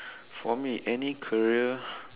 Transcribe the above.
for me any career